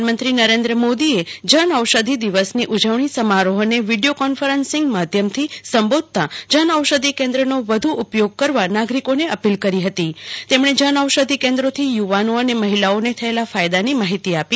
પ્રધાનમંત્રી નરેન્દ્ર મોદીએ જનઔષધિ દિવસની ઉજવણી સમારોહને વીડિયો કોન્ફરન્સિંગ માધ્યમથી સંબોધતા જનઔષધિ કેન્દ્રનો વધુ ઉપયોગ કરવા નાગરિકોને અપીલ કરી હતી તેમણે જનઔષધિ કેન્દ્રોથી યુવાનો અને મહિલાઓને થયોલા ફાયદાની માહિતી આપી